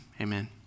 Amen